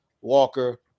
Walker